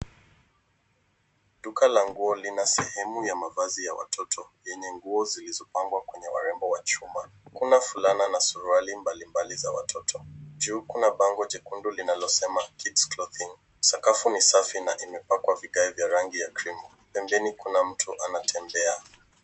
Duka la nguo lina sehemu ya mavazi ya watoto yenye nguo zilizopangwa kwenye urembo wa chuma. Kuna fulana na suruali mbalimbali za watoto. Juu kuna bango jekundu linalosema, kid's clothing. Sakafu ni safi na imepakwa vigae vya rangi ya cream .Pembeni kuna mtu anatembea.